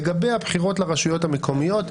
לגבי הבחירות לרשויות המקומיות,